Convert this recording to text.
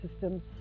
system